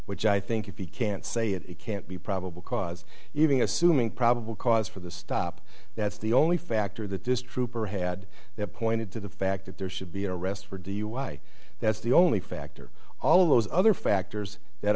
which i think if he can't say it it can't be probable cause even assuming probable cause for the stop that's the only factor that this trooper had that pointed to the fact that there should be an arrest for dui that's the only factor all those other factors that